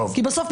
בסוף,